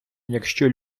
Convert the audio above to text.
якщо